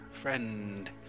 Friend